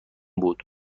بود